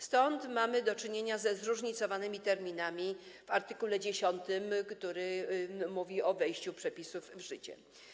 Stąd mamy do czynienia ze zróżnicowanymi terminami w art. 10, który mówi o wejściu przepisów w życie.